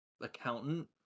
Accountant